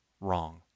wrong